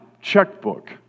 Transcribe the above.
checkbook